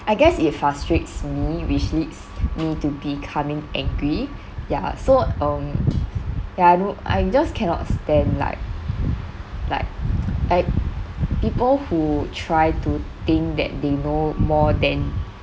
I guess it frustrates me which leads me to becoming angry ya so um ya I know I just cannot stand like like I people who try to think that they know more than